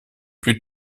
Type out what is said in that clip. plus